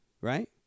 right